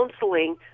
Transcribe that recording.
counseling